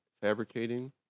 fabricating